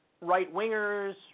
right-wingers